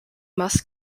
must